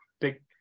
Big